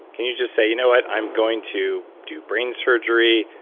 can you just say, you know what, i'm going to do brain surgery.